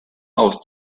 aus